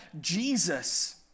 jesus